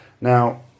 Now